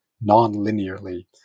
non-linearly